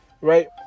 right